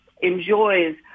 enjoys